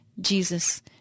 Jesus